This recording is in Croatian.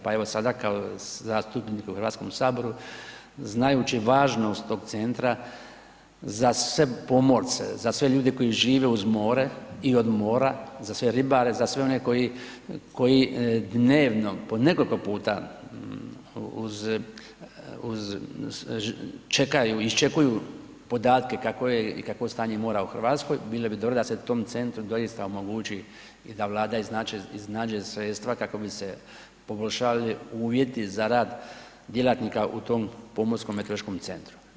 Pa evo sada kao zastupnik u Hrvatskom saboru znajući važnost tog centra za sve pomorce, za sve ljude koji žive uz more i od mora, za sve ribare, za sve one koji dnevno po nekoliko puta uz, čekaju, iščekuju podatke kakvo je i kakvo je stanje mora u Hrvatskoj bilo bi dobro da se tom centru doista omogući i da Vlada iznađe sredstva kako bi se poboljšali uvjeti za rad u tom Pomorskom meteorološkom centru.